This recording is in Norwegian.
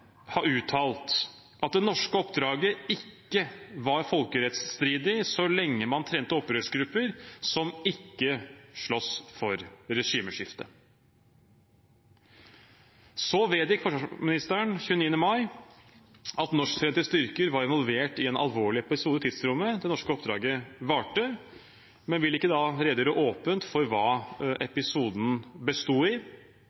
har uttalt at det norske oppdraget ikke var folkerettsstridig så lenge man trente opprørsgrupper som ikke sloss for regimeskifte. Så vedgikk forsvarsministeren 29. mai at norsktrente styrker var involvert i en alvorlig episode i tidsrommet det norske oppdraget varte, men vil ikke redegjøre åpent for hva episoden besto i.